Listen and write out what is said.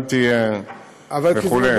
אנטי וכו'.